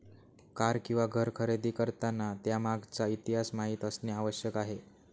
car किंवा घर खरेदी करताना त्यामागचा इतिहास माहित असणे आवश्यक आहे